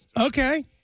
Okay